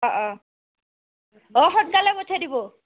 অঁ অঁ অঁ সোনকালে পঠাই দিব